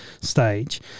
stage